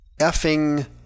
effing